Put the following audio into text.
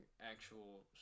actual